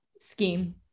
Scheme